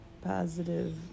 positive